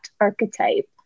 archetype